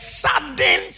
sudden